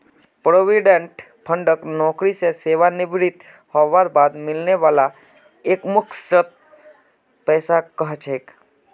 provident fund नौकरी स सेवानृवित हबार बाद मिलने वाला एकमुश्त पैसाक कह छेक